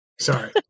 Sorry